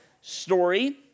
story